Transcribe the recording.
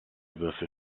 würfel